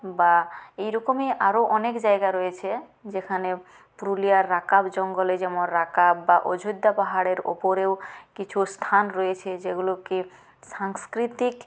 বা এইরকমই আরও অনেক জায়গা রয়েছে যেখানে পুরুলিয়ার রাকাব জঙ্গলে যেমন রাকাব বা অযোধ্যা পাহাড়ের উপরেও কিছু স্থান রয়েছে যেগুলোকে সাংস্কৃতিক